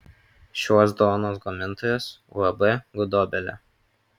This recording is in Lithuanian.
šios duonos gamintojas uab gudobelė